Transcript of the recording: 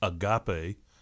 agape